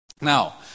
Now